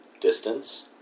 distance